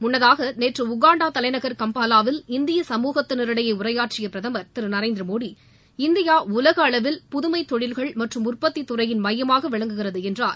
முன்னதாக நேற்று உகாண்டா தலைநகர் கம்பாவாவில் இந்திய சமூகத்தினரிடையே உரையாற்றிய பிரதமர் திரு நரேந்திர மோடி இந்தியா உலக அளவில் புதுமைத் தொழில்கள் மற்றும் உற்பத்தித் துறையின் மையமாக விளங்குகிறது என்றார்